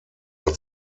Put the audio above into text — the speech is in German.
hat